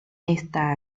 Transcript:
esta